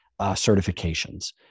certifications